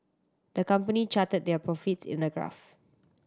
the company charted their profits in a graph